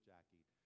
Jackie